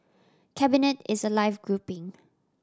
cabinet is a live grouping